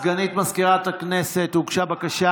סגנית מזכירת הכנסת, הוגשה בקשה